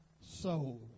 soul